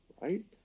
right